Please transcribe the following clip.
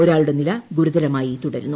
ഒരാളുടെ നില ഗുരുതരമായി തുടരുന്നു